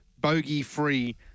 bogey-free